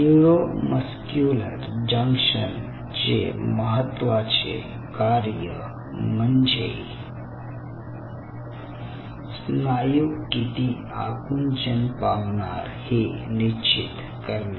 neuromuscular junction चे महत्वाचे कार्य म्हणजे स्नायू किती आकुंचन पावणार हे निश्चित करणे